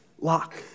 lock